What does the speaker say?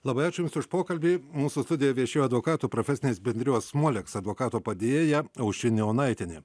labai ačiū jums už pokalbį mūsų studijoje viešėjo advokatų profesinės bendrijos moleks advokato padėjėja aušrinė onaitienė